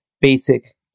basic